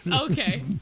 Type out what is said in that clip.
Okay